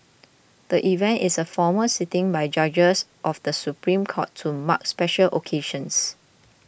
the event is a formal sitting by judges of the Supreme Court to mark special occasions